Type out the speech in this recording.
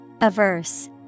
Averse